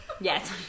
Yes